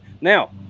Now